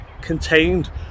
contained